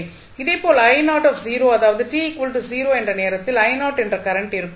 இதேபோல் i அதாவது t 0 என்ற நேரத்தில் என்று இருக்கும்